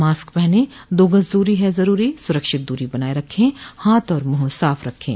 mask पहनें दो गज़ दूरी है ज़रूरी सुरक्षित दूरी बनाए रखें हाथ और मुंह साफ रखें